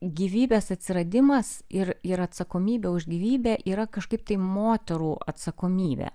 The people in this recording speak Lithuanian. gyvybės atsiradimas ir ir atsakomybė už gyvybę yra kažkaip tai moterų atsakomybė